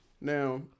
Now